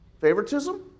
favoritism